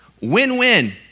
Win-win